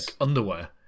underwear